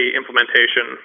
implementation